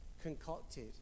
concocted